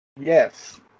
Yes